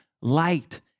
light